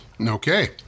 Okay